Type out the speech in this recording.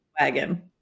wagon